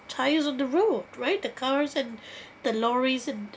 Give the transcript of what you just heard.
tyres on the road right the cars and the lorries and